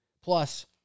Plus